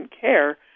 care